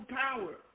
power